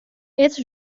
els